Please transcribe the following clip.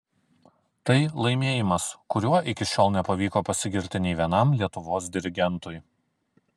tai laimėjimas kuriuo iki šiol nepavyko pasigirti nei vienam lietuvos dirigentui